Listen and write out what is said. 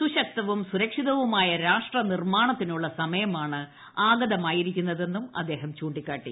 സുശക്തവും സുരക്ഷിതവുമായ രാഷ്ട്ര നിർമ്മാണത്തിനുള്ള സമയമാണ് ആഗതമായിരിക്കുതെന്നും അദ്ദേഹം ചൂണ്ടിക്കാട്ടി